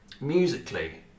musically